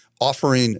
offering